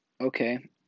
okay